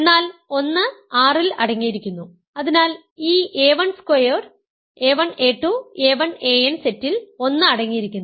എന്നാൽ 1 R ൽ അടങ്ങിയിരിക്കുന്നു അതിനാൽ ഈ a1 squared a1 a2 a1 an സെറ്റിൽ 1 അടങ്ങിയിരിക്കുന്നു